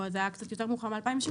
או זה היה קצת יותר מאוחר מ-2016,